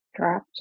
drop